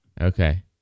Okay